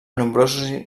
nombrosos